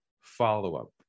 follow-up